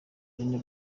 aline